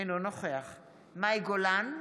אינו נוכח מאי גולן,